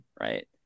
right